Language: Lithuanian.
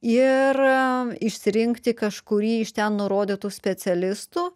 ir išsirinkti kažkurį iš ten nurodytų specialistų